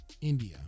India